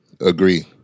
agree